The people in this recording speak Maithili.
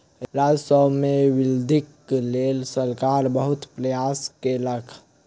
राजस्व मे वृद्धिक लेल सरकार बहुत प्रयास केलक